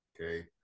okay